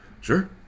Sure